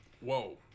whoa